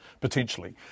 potentially